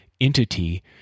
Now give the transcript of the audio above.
entity